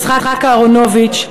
יצחק אהרונוביץ,